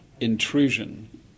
intrusion